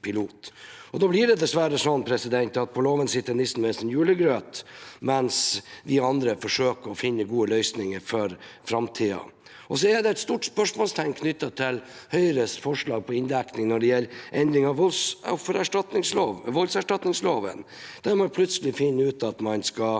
Da blir det dessverre sånn at «på låven sitter nissen med sin julegrøt», mens vi andre forsøker å finne gode løsninger for framtiden. Så er det et stort spørsmålstegn knyttet til Høyres forslag om inndekning når det gjelder endring av voldserstatningsloven, der man plutselig finner ut at man skal